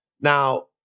Now